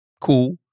Cool